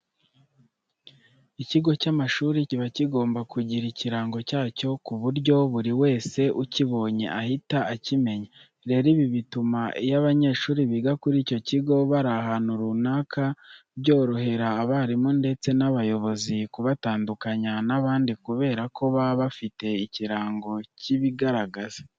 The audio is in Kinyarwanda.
Ikigo cy'amashuri kiba kigomba kugira ikirango cyacyo ku buryo buri wese ukibonye ahita akimenya. Rero ibi bituma iyo abanyeshuri biga kuri icyo kigo bari ahantu runaka byorohera abarimu ndetse n'abayobozi kubatandukanya n'abandi kubera ko baba bafite ikirango kibigaragaza.